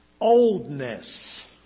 oldness